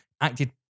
Acted